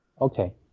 Okay